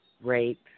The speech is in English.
rape